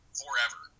forever